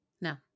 No